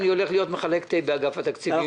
אני הולך להיות מחלק תה באגף התקציבים.